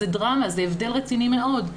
זו דרמה, זה הבדל רציני מאוד.